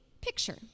picture